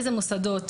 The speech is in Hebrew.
איזה מוסדות,